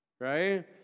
right